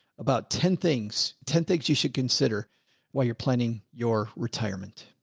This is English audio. about ten things, ten things you should consider while you're planning your retirement,